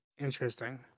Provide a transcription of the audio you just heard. Interesting